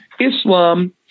Islam